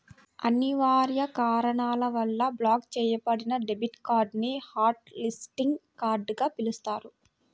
అనివార్య కారణాల వల్ల బ్లాక్ చెయ్యబడిన డెబిట్ కార్డ్ ని హాట్ లిస్టింగ్ కార్డ్ గా పిలుస్తారు